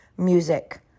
music